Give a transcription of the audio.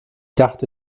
dachte